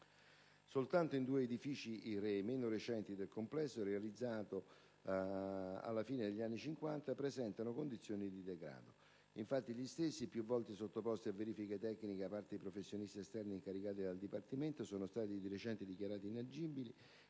Soltanto i due edifici meno recenti del complesso, realizzati alla fine degli anni '50, presentano condizioni di effettivo degrado. Infatti, gli stessi, più volte sottoposti a verifiche tecniche da parte di professionisti esterni incaricati dal Dipartimento, sono stati, di recente, dichiarati inagibili